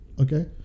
Okay